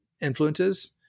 influences